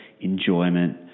enjoyment